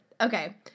okay